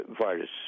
virus